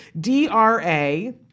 DRA